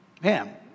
Man